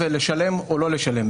ולשלם או לא לשלם,